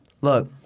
Look